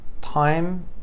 time